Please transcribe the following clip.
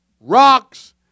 rocks